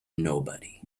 nobody